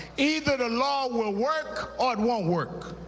either the law will work or it won't work.